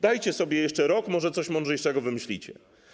Dajcie sobie jeszcze rok, może coś mądrzejszego wymyślicie.